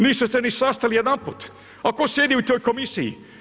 Niste se ni sastali jedanput, a tko sjedi u toj komisiji?